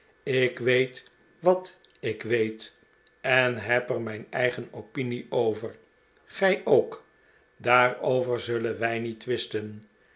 ik weet wat ik weet en heb er mijn eigen opinie over gij ook daarover zullen wij niet twisten